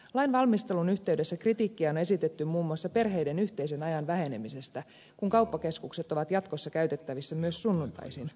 lain valmistelun yhteydessä kritiikkiä on esitetty muun muassa perheiden yhteisen ajan vähenemisestä kun kauppakeskukset ovat jatkossa käytettävissä myös sunnuntaisin